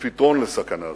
כפתרון לסכנה זאת.